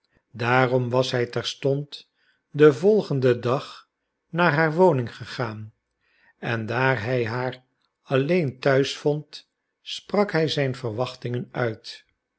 daarom was hij terstond den volgenden dag naar haar woning gereden en daar hij haar alleen thuis vond sprak hij zijn verwachtingen uit